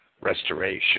restoration